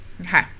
Okay